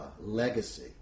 legacy